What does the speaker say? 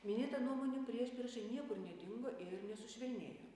minėta nuomonių priešprieša niekur nedingo ir nesušvelnėjo